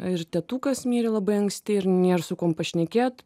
ir tėtukas mirė labai anksti ir nėr su kuom pašnekėt